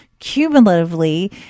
cumulatively